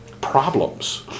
problems